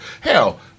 Hell